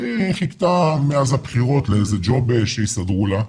שהיא חיכתה מאז הבחירות לאיזה ג'וב שיסדרו לה,